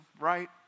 right